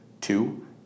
Two